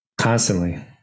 constantly